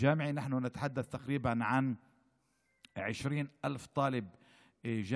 ואנחנו מדברים על כ-20,000 סטודנטים,